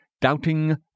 doubting